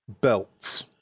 belts